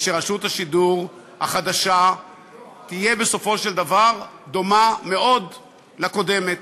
זה שרשות השידור החדשה תהיה בסופו של דבר דומה מאוד לקודמת,